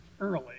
early